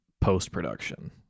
post-production